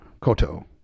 koto